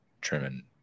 trimming